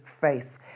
face